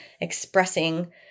expressing